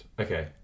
Okay